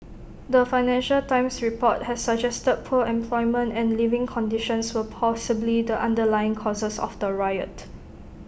the financial times report had suggested poor employment and living conditions were possibly the underlying causes of the riot